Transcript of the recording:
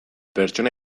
pertsona